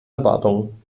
erwartungen